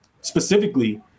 specifically